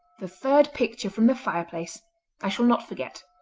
the third picture from the fireplace i shall not forget